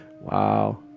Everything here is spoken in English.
Wow